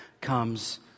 comes